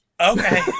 Okay